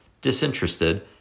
disinterested